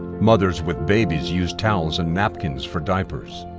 mothers with babies used towels and napkins for diapers.